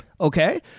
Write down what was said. Okay